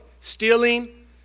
Stealing